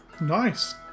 Nice